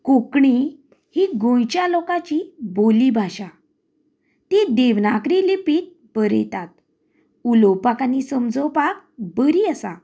कोंकणी ही गोंयच्या लोकाची बोली भाशा ती देवनागरी लिपीत बरयतात उलोवपाक आनी समजोवपाक बरी आसा